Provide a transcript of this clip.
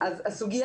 בסוגיה